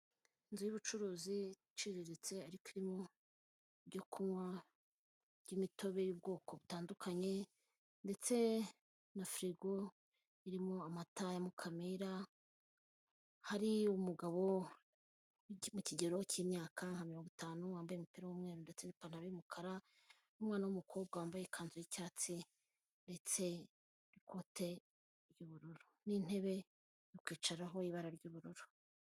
Inzu y'ubucuruzi iciriritse ariko irimu byo kunywa by'imitobe y'ubwoko butandukanye ndetse na frigo irimo amata ya mukamira hari umugabo uri mu kigero cy'imyaka nka mirongo itanu wambaye umupira w'umweru ndetse n'ipantaro y'umukara n'umukobwa wambaye ikanzu y'icyatsi ndetse n'ikote ry'ubururu n'intebe yo kwicaraho yibara ry'ubururu .